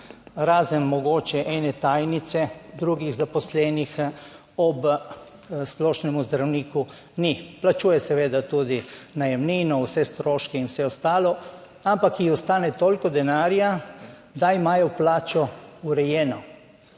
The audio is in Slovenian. razen mogoče ene tajnice, drugih zaposlenih, Ob splošnem zdravniku ni. Plačuje seveda tudi najemnino, vse stroške in vse ostalo, ampak ji ostane toliko denarja, da imajo plačo urejeno